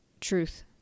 truth